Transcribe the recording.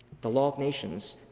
the law of nations,